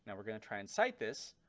and we're going to try and cite this,